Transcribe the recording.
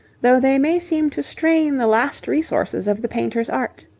though they may seem to strain the last resources of the painter's art.